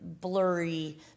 blurry